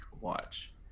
Watch